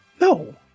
No